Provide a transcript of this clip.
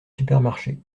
supermarché